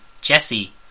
Jesse